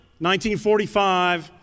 1945